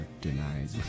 denied